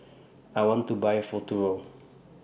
I want to Buy Futuro